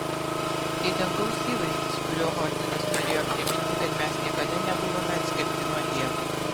tai dangaus įvaizdis kuriuo ordinas norėjo priminti kad mes niekada nebuvome atskirti nuo dievo